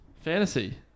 fantasy